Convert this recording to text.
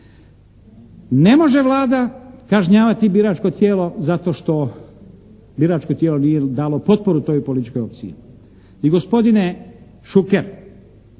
Ne može Vlada kažnjavati biračko tijelo zato što biračko tijelo nije dalo potporu toj političkoj opciji. I gospodine Šuker,